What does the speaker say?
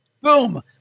Boom